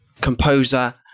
composer